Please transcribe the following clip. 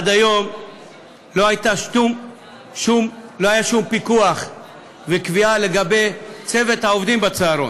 עד היום לא היו שום פיקוח או קביעה לגבי צוות העובדים בצהרון.